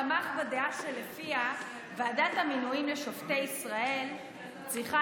תמך בדעה שלפיה ועדת המינויים לשופטי ישראל צריכה